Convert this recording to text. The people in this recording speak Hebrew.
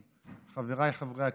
חבריי חברי הכנסת,